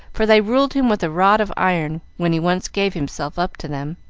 for they ruled him with a rod of iron when he once gave himself up to them.